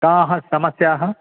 काः समस्याः